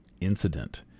incident